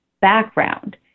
background